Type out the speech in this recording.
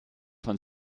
von